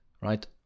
right